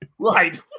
Right